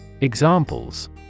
Examples